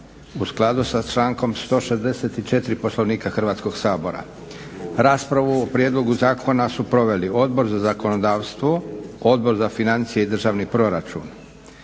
u skladu sa člankom 164. Poslovnika Hrvatskog sabora. Raspravu o prijedlogu zakona su proveli Odbor za zakonodavstvo, Odbor za financije i državni proračun.